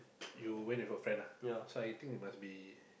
you went with your friend ah so I think it must be